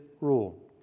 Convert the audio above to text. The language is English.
rule